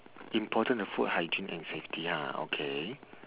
important the food hygiene and safety ah okay